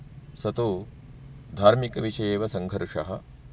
स तु धार्मिकविषये एव सङ्घर्षः